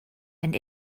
and